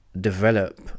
develop